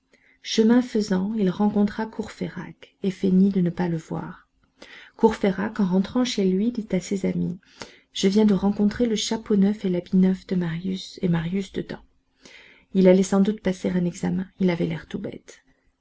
chemin faisant il rencontra courfeyrac et feignit de ne pas le voir courfeyrac en rentrant chez lui dit à ses amis je viens de rencontrer le chapeau neuf et l'habit neuf de marius et marius dedans il allait sans doute passer un examen il avait l'air tout bête